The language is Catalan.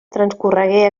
transcorregué